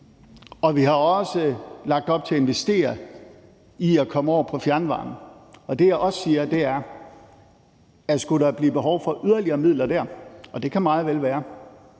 og vi har også lagt op til at investere i at komme over på fjernvarme. Og det, jeg også siger, er, at skulle der blive behov for yderligere midler dér – og det kan meget vel være